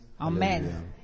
Amen